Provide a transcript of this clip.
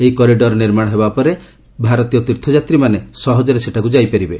ଏହି କରିଡର ନିର୍ମାଣ ହୋଇଯିବା ପରେ ଭାରତୀୟ ତୀର୍ଥଯାତ୍ରୀମାନେ ସହଜରେ ସେଠାକୁ ଯାଇପାରିବେ